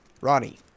Ronnie